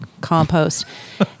compost